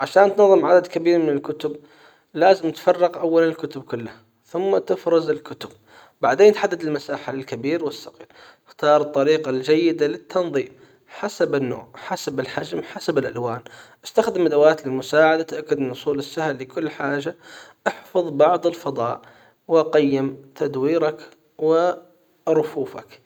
عشان تنظم عدد كبير من الكتب لازم تفرق اول الكتب كلها ثم تفرز الكتب بعدين حدد المساحة للكبير والصغير اختار الطريقة الجيدة للتنظيم حسب النوع حسب الحجم حسب الالوان استخدم أدوات لمساعدة تأكد من وصول السهل لكل حاجة احفظ بعض الفضاء وقيم تدويرك رفوفك.